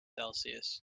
celsius